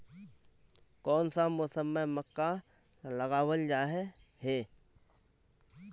कोन सा मौसम में मक्का लगावल जाय है?